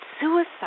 suicide